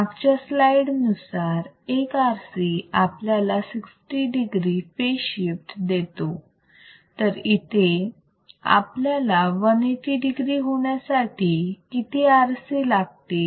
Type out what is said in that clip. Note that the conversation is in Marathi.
मागच्या स्लाईड नुसार एक RC आपल्याला 60 degree फेज शिफ्ट देतो तर इथे आपल्याला 180 degree होण्यासाठी किती RC लागतील